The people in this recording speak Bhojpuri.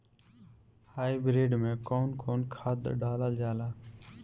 हाईब्रिड में कउन कउन खाद डालल जाला?